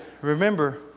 remember